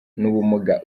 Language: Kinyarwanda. n’ubumuga